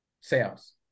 sales